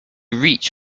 reach